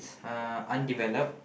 uh undeveloped